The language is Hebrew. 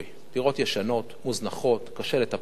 דירות ישנות, מוזנחות, קשה לטפל בהן.